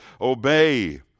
obey